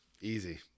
Easy